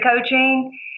Coaching